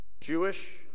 Jewish